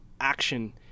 action